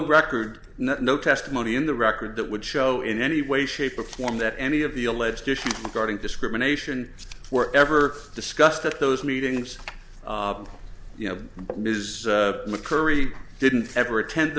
record no testimony in the record that would show in any way shape or form that any of the alleged issues starting discrimination were ever discussed at those meetings you know but news mccurry didn't ever attend the